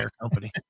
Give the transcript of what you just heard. company